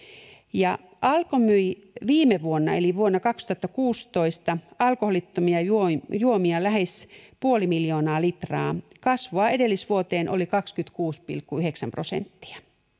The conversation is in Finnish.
alko myi viime vuonna eli vuonna kaksituhattakuusitoista alkoholittomia juomia juomia lähes puoli miljoonaa litraa kasvua edellisvuoteen oli kaksikymmentäkuusi pilkku yhdeksän prosenttia